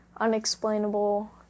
unexplainable